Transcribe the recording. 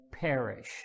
perish